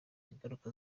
ingaruka